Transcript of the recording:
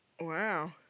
wow